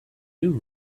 new